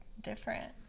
different